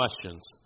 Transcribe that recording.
questions